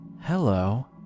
Hello